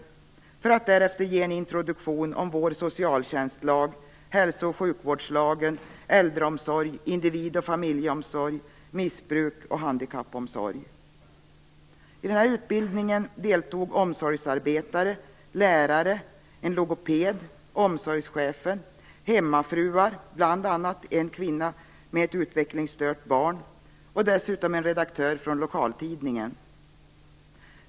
Därefter gav man en introduktion om vår socialtjänstlag, hälsooch sjukvårdslagen, äldreomsorg, individ och familjeomsorg, missbruk och handikappomsorg. I utbildningen deltog omsorgsarbetare, lärare, logoped, omsorgschef, hemmafruar - bl.a. en kvinna med ett utvecklingsstört barn - och dessutom en redaktör från lokaltidningen.